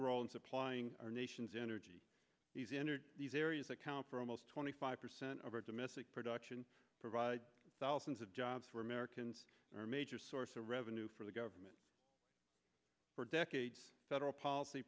role in supplying our nation's energy these areas account for almost twenty five percent of our domestic production provide thousands of jobs where americans are a major source of revenue for the government for decades federal policy